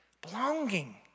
belonging